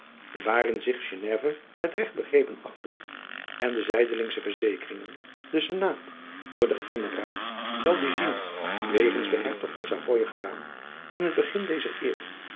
waarin zich geneve met regt begrepen achtte en de zijdelingsche verzekeringen den senaat door den generaal d'albigni wegens den hertog van savoye gedaan in het begin dezer eeuw